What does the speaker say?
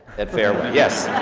at fairway, yes.